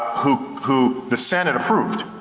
who who the senate approved.